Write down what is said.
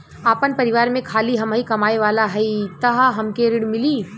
आपन परिवार में खाली हमहीं कमाये वाला हई तह हमके ऋण मिली?